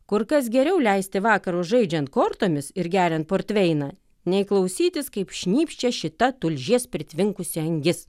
kur kas geriau leisti vakarus žaidžiant kortomis ir geriant portveiną nei klausytis kaip šnypščia šita tulžies pritvinkusi angis